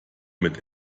mit